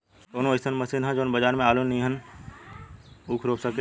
कवनो अइसन मशीन ह बजार में जवन आलू नियनही ऊख रोप सके?